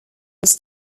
was